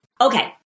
Okay